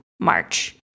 March